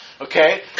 Okay